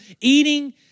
Eating